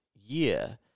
year